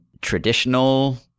traditional